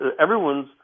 everyone's